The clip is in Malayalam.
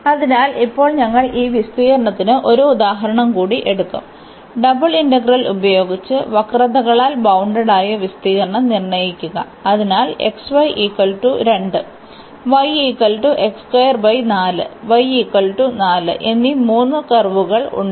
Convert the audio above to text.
അതിനാൽ ഇപ്പോൾ ഞങ്ങൾ ഈ വിസ്തീർണ്ണത്തിന് ഒരു ഉദാഹരണം കൂടി എടുക്കും ഡബിൾ ഇന്റഗ്രൽ ഉപയോഗിച്ച് വക്രതകളാൽ ബൌണ്ടഡായ വിസ്തീർണ്ണം നിർണ്ണയിക്കുക അതിനാൽ എന്നീ 3 കർവുകൾ ഉണ്ട്